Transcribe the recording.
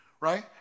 right